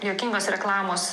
juokingos reklamos